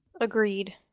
Agreed